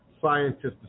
scientists